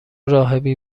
راهبی